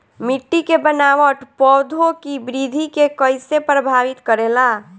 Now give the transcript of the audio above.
मिट्टी के बनावट पौधों की वृद्धि के कईसे प्रभावित करेला?